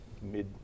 mid